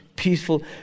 peaceful